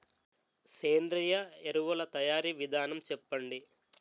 సేంద్రీయ ఎరువుల తయారీ విధానం చెప్పండి?